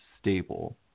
stable